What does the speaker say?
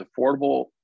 affordable